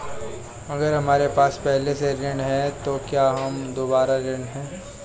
अगर हमारे पास पहले से ऋण है तो क्या हम दोबारा ऋण हैं?